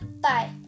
bye